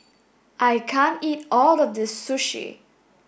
I can't eat all of this sushi